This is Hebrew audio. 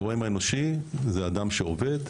הגורם האנושי הוא אדם שעובד,